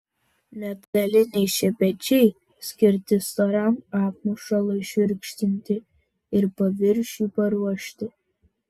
metaliniai šepečiai skirti storam apmušalui šiurkštinti ir paviršiui paruošti